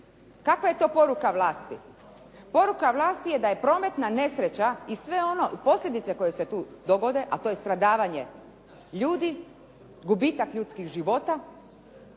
Kakva je to poruka vlasti? Poruka vlasti je da je prometna nesreća i sve ono, posljedice koje se tu dogode a to je stradavanje ljudi, gubitak ljudskih života